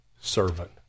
servant